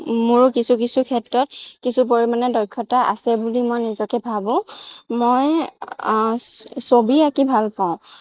মোৰো কিছু কিছু ক্ষেত্ৰত কিছু পৰিমাণে দক্ষতা আছে বুলি মই নিজকে ভাবোঁ মই ছবি আঁকি ভাল পাওঁ